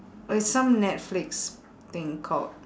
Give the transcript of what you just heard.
it's some netflix thing called